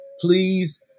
Please